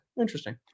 interesting